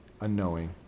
unknowing